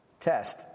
test